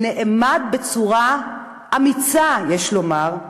הוא נעמד בצורה אמיצה, יש לומר,